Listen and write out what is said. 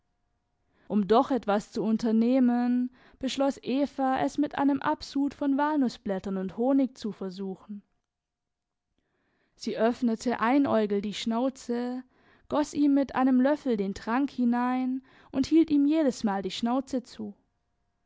um doch etwas zu unternehmen beschloß eva es mit einem absud von walnußblättern und honig zu versuchen sie öffnete einäugel die schnauze goß ihm mit einem löffel den trank hinein und hielt ihm jedesmal die schnauze zu